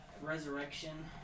resurrection